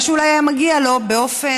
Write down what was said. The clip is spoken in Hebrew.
מה שאולי היה מגיע לו באופן